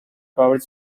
powered